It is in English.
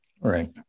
Right